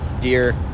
deer